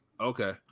Okay